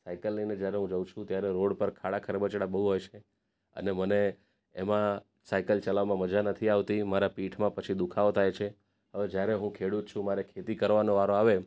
cycle લઈને જ્યારે હું જાઉં છું ત્યારે રોડ પર ખાડા ખરબચડા બહુ હોય છે અને મને એમાં સાયકલ ચલાવવામાં મજા નથી આવતી મારા પીઠમાં પછી દુઃખાવો થાય છે હવે જ્યારે હું ખેડૂત છું મારે ખેતી કરવાનો વારો આવે